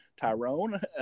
Tyrone